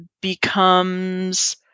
becomes